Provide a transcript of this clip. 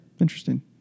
interesting